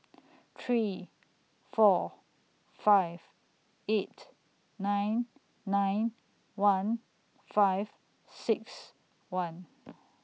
three four five eight nine nine one five six one